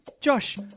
Josh